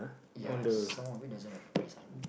yes some of it doesn't have a play sign